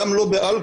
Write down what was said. גם לא באלכוהול.